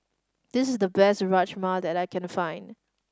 this is the best Rajma that I can find